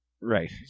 Right